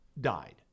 died